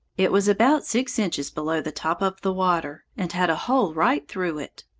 it was about six inches below the top of the water, and had a hole right through it.